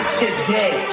today